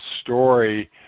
story